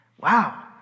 Wow